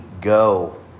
go